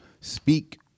Speak